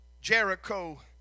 Jericho